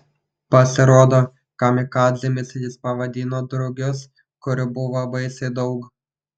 pasirodo kamikadzėmis jis pavadino drugius kurių buvo baisiai daug